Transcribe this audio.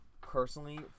personally